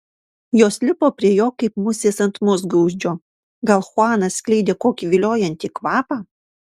jos lipo prie jo kaip musės ant musgaudžio gal chuanas skleidė kokį viliojantį kvapą